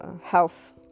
health